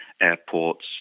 airports